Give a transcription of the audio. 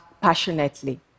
passionately